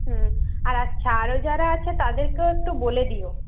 হুম আর আচ্ছা আরও যারা আছে তাদেরকেও একটু বলে দিও